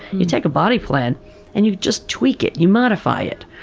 and you take a body plan and you just tweak it. you modify it.